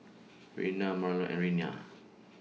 Rona Marlon and Reyna